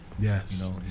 Yes